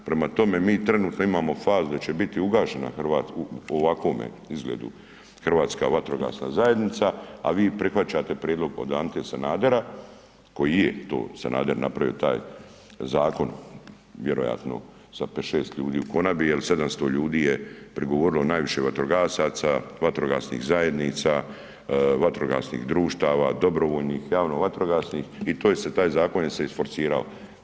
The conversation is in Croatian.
Prema tome, mi trenutno imamo fazu da će biti ugašena u ovakvome izgledu Hrvatska vatrogasna zajednica a vi prihvaćate prijedlog od Ante Sanadera koji je to Sanader napravio taj zakon vjerojatno sa 5, 6 ljudi u ... jer 700 ljudi je prigovorilo najviše vatrogasaca, vatrogasnih zajednica, vatrogasnih društava, dobrovoljnih, javno vatrogasnih i to je se, taj zakon se isforsirao.